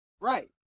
right